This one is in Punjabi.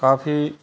ਕਾਫ਼ੀ